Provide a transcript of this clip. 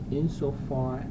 insofar